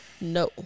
No